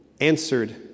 answered